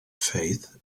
faith